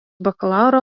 bakalauro